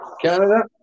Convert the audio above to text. Canada